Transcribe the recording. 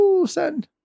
send